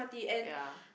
ya